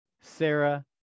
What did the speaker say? Sarah